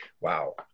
Wow